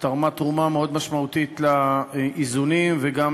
שתרמה תרומה מאוד משמעותית לאיזונים וגם